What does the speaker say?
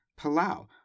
Palau